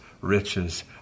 riches